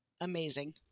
amazing